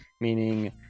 meaning